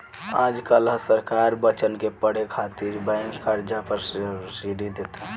आज काल्ह सरकार बच्चन के पढ़े खातिर बैंक कर्जा पर सब्सिडी देता